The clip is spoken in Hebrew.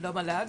לא מל"ג.